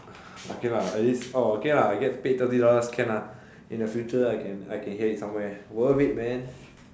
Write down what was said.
okay lah at least orh okay lah I get paid thirty dollars can lah in the future I can I can hear it somewhere worth it man